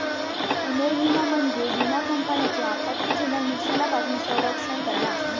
पुनर्विमा म्हणजे विमा कंपन्यांचो आपत्तीजनक नुकसानापासून संरक्षण करणा